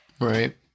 Right